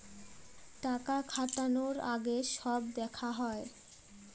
টাকা খাটানোর আগে সব দেখা হয়